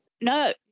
No